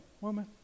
Woman